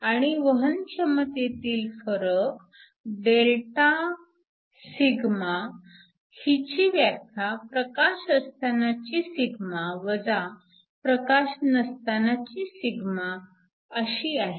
आणि वहनक्षमतेतील फरक Δσ हिची व्याख्या प्रकाश असतानाची σ वजा प्रकाश नसतानाची σ अशी आहे